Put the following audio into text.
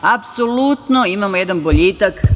Apsolutno imamo jedan boljitak.